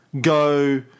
go